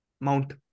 Mount